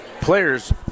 Players